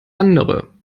andere